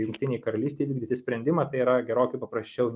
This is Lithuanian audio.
jungtinei karalystei vykdyti sprendimą tai yra gerokai paprasčiau